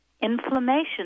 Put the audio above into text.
inflammation